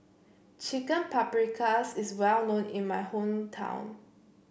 Chicken Paprikas is well known in my hometown